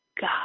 God